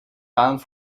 aan